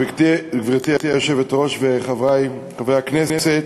גברתי היושבת-ראש וחברי חברי הכנסת,